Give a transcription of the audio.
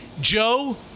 Joe